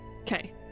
Okay